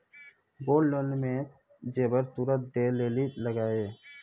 Gold loan मे जेबर तुरंत दै लेली लागेया?